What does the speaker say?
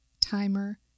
Timer